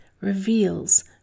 reveals